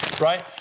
right